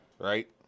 Right